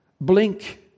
Blink